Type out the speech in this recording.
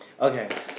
Okay